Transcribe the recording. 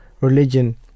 religion